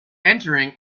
entering